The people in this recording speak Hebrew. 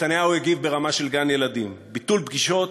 נתניהו הגיב ברמה של גן-ילדים: ביטול פגישות,